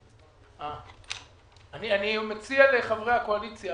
אני מציע לחברי הקואליציה